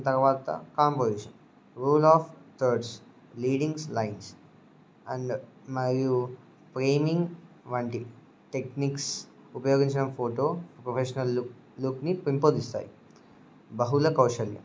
తర్వాత composition rule of thirds leadings lines and మరియు framing వంటి టెక్నిక్స్ ఉపయోగించిన ఫోటో ప్రొఫెషనల్ లుక్ లుక్ని పెంపొదిస్తాయి బహుల కౌశల్యం